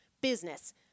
Business